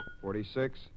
forty-six